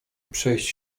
przejść